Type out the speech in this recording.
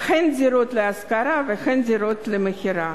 הן דירות להשכרה והן דירות למכירה,